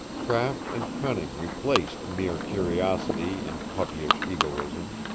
craft and cunning replaced mere curiosity and puppyish egoism.